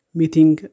meeting